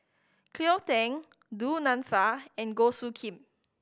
Cleo Thang Du Nanfa and Goh Soo Khim